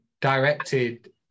directed